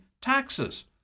taxes